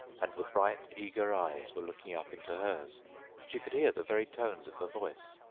and the bright eager eyes were looking up into hers she could hear the very tones of her voice,